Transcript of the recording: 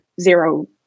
zero